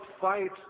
fight